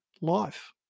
life